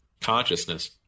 consciousness